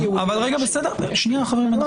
יש עוד הבהרה שאתם רוצים לומר לעניין הזה?